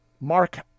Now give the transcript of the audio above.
Mark